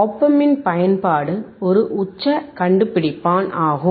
op ஆம்பின் பயன்பாடு ஒரு உச்சக் கண்டுபிடிப்பான் ஆகும்